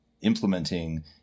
implementing